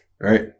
Right